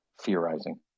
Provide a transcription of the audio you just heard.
theorizing